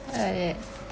why like that